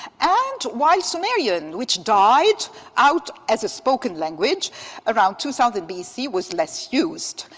and while sumerian, which died out as a spoken language around two thousand b c, was less used.